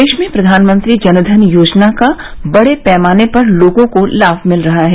प्रदेश में प्रधानमंत्री जनधन योजना का बड़े पैमाने पर लोगों को लाभ मिल रहा है